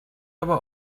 aber